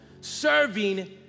Serving